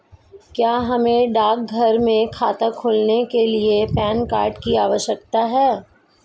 क्या हमें डाकघर में खाता खोलने के लिए पैन कार्ड की आवश्यकता है?